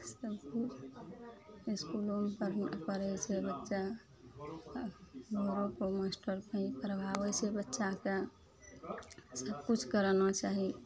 सब चीज इसकुलोमे पढ़य छै बच्चा घरोपर मास्टर फेन पढ़बाबय छै बच्चाके सबकिछु कराना चाही